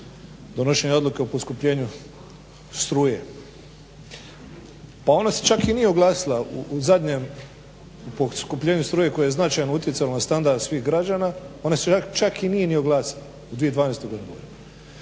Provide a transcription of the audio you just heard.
donošenja odluke o poskupljenju struje. Pa ona se čak i nije oglasila u zadnjem poskupljenju struje koje je značajno utjecalo na standard svih građana, ona se čak i nije ni oglasila u 2012. godini.